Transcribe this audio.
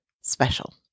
special